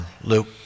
Luke